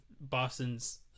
Boston's